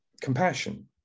compassion